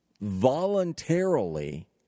voluntarily